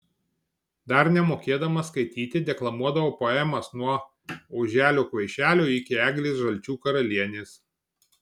dar nemokėdama skaityti deklamuodavau poemas nuo oželio kvaišelio iki eglės žalčių karalienės